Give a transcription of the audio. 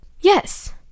Yes